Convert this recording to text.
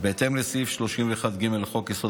בהתאם לסעיף 31(ג) לחוק-יסוד: הממשלה.